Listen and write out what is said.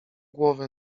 głowę